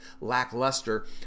lackluster